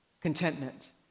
contentment